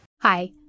Hi